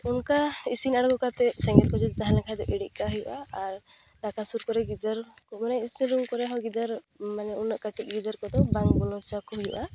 ᱚᱱᱠᱟ ᱤᱥᱤᱱ ᱟᱲᱜᱚ ᱠᱟᱛᱮ ᱥᱮᱸᱜᱮᱞ ᱠᱚ ᱡᱩᱫᱤ ᱛᱟᱦᱮᱸ ᱞᱮᱱᱠᱷᱟᱡ ᱤᱲᱤᱡ ᱠᱟᱜ ᱦᱩᱭᱩᱜᱼᱟ ᱟᱨ ᱫᱟᱠᱟ ᱥᱩᱨ ᱠᱚᱨᱮ ᱜᱤᱫᱟᱹᱨ ᱢᱟᱱᱮ ᱤᱥᱤᱱ ᱨᱩᱢ ᱠᱚᱨᱮ ᱦᱚᱸ ᱜᱤᱫᱟᱹᱨ ᱢᱟᱱᱮ ᱩᱱᱟᱹᱜ ᱠᱟᱹᱴᱤᱡ ᱜᱤᱫᱟᱹᱨ ᱠᱚᱫᱚ ᱵᱟᱝ ᱵᱚᱞᱚ ᱚᱪᱚ ᱟᱠᱚ ᱦᱩᱭᱩᱜᱼᱟ